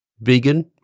vegan